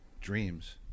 dreams